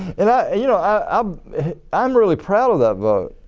and i you know i um am really proud of that vote